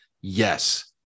yes